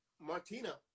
Martina